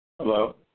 Hello